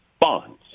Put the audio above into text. Bonds